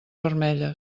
vermelles